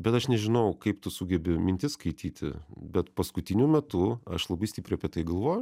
bet aš nežinau kaip tu sugebi mintis skaityti bet paskutiniu metu aš labai stipriai apie tai galvoju